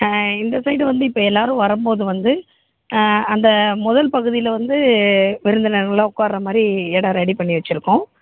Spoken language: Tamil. ஆ இந்த சைட் வந்து இப்போ எல்லோரும் வரும்போது வந்து அந்த முதல் பகுதியில் வந்து விருந்தினர்களெலாம் உட்கார்ற மாதிரி இடம் ரெடி பண்ணி வச்சுருக்கோம்